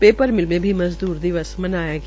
paper mill में भी मजदूर दिवस मनाया गया